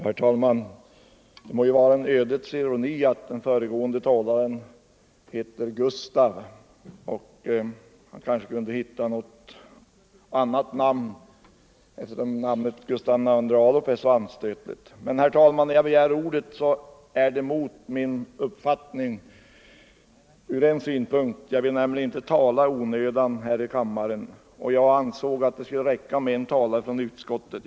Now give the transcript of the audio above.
Herr talman! Det må vara en ödets ironi att den föregående talaren heter Gustav. Han kanske kunde hitta ett annat namn, eftersom namnet Gustav II Adolf är så anstötligt. När jag begärde ordet, herr talman, så var det ur en synpunkt mot min uppfattning. Jag vill nämligen inte tala i onödan här i kammaren, och jag ansåg att det skulle räcka med en talare från utskottet.